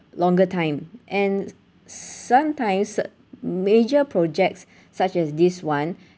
longer time and sometimes major projects such as this one